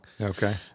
Okay